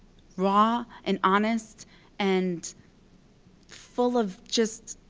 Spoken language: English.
raw and honest and full of, just,